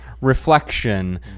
reflection